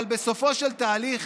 אבל בסופו של תהליך